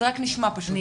זה רק נשמע פשוט.